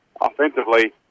offensively